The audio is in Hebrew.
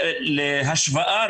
רק להשוואה,